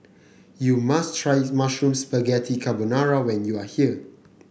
you must try Mushroom Spaghetti Carbonara when you are here